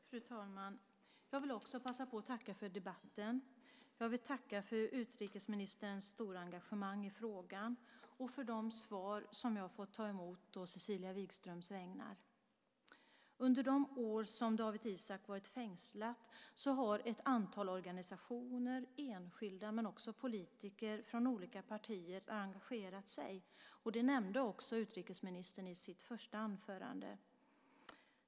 Fru talman! Jag vill också passa på att tacka för debatten. Jag vill tacka för utrikesministerns stora engagemang i frågan och för de svar som jag har fått ta emot å Cecilia Wigströms vägnar. Under de år som Dawit Isaak varit fängslad har ett antal organisationer, enskilda och politiker från olika partier engagerat sig, och det nämnde också utrikesministern i sitt första anförande.